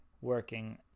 working